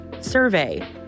survey